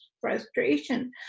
frustration